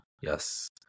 yes